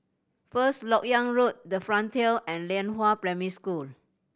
First Lok Yang Road The Frontier and Lianhua Primary School